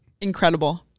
Incredible